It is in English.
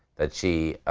that she,